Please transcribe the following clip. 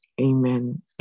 amen